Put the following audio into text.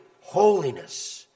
holiness